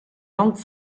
langue